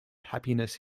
happiness